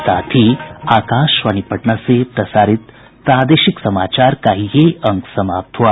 इसके साथ ही आकाशवाणी पटना से प्रसारित प्रादेशिक समाचार का ये अंक समाप्त हुआ